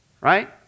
right